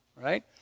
right